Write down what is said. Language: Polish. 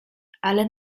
ale